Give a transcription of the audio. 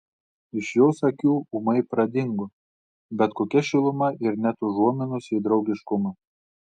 iš jos akių ūmai pradingo bet kokia šiluma ir net užuominos į draugiškumą